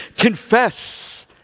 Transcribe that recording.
Confess